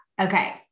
Okay